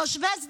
תושבי שדרות,